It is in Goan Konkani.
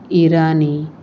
विरानी